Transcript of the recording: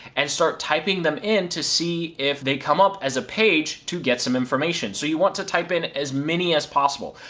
and start typing them in to see if they come up as a page to get some information. so you want to type in as many as possible.